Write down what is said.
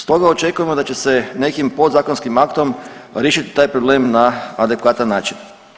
Stoga očekujemo da će se nekim podzakonskim aktom riješiti taj problem na adekvatan način.